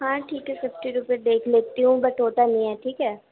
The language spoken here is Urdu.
ہاں ٹھیک ہے ففٹی روپے دیکھ لیتی ہوں بٹ ہوتا نہیں ہے ٹھیک ہے